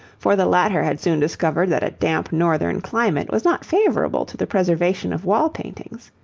for the latter had soon discovered that a damp northern climate was not favourable to the preservation of wall-paintings.